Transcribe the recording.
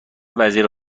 وزیر